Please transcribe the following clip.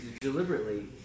deliberately